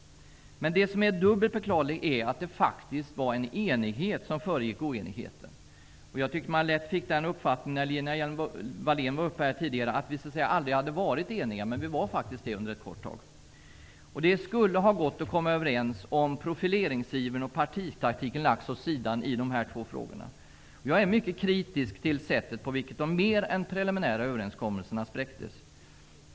Det som är dubbelt beklagligt är att det faktiskt rådde enighet före oenigheten. Jag tycker att man lätt fick den uppfattningen när Lena Hjelm-Wallén stod i talarstolen tidigare, att vi aldrig hade varit eniga. Men vi var faktiskt det under en kort tid. Det skulle ha gått att komma överens om profileringsivern och partitaktiken lagts åt sidan i de här två frågorna. Jag är mycket kritisk till sättet på vilket de mer än preliminära överenskommelserna spräcktes.